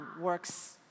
works